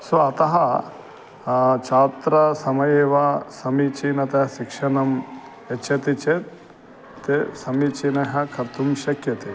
सो अतः छात्रसमये वा समीचीनं शिक्षणं यच्छति चेत् ते समीचीनः कर्तुं शक्यते